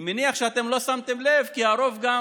אני מניח שאתם לא שמתם לב, כי הרוב גם